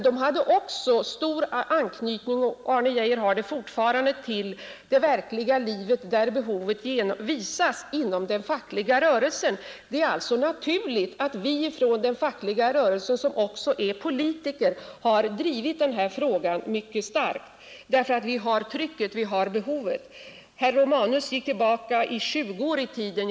De hade också stor anknytning — och Arne Geijer har det fortfarande — till det verkliga livet där behovet visas, i den fackliga rörelsen och de motionerade vid flera tillfällen om daghemsfrågan i riksdagen, Det är alltså naturligt att vi inom den fackliga rörelsen som också är politiker har drivit den här frågan mycket starkt därför att vi har trycket på oss och känner till behovet. Herr Romanus gick tillbaka 20 år i tiden.